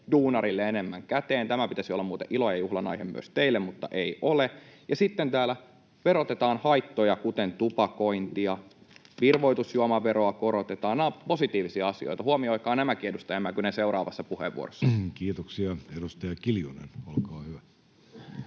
duunarille jää enemmän käteen. Tämän pitäisi olla muuten ilon ja juhlan aihe myös teille, mutta ei ole. Ja sitten täällä verotetaan haittoja, kuten tupakointia, virvoitusjuomaveroa korotetaan. Nämä ovat positiivisia asioita. Huomioikaa nämäkin, edustaja Mäkynen, seuraavassa puheenvuorossa. [Speech 80] Speaker: Jussi Halla-aho